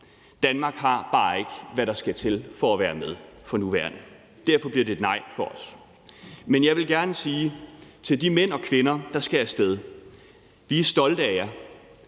Danmark har bare ikke, hvad der skal til, for at være med for nuværende. Derfor bliver det et nej fra os. Men jeg vil gerne sige til de mænd og kvinder, der skal af sted: Vi er stolte af jer,